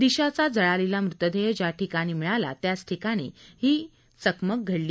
दिशाचा जळालेला मृतदेह ज्या ठिकाणी मिळाला त्याच ठिकाणी ही इथं ही चकमक घडली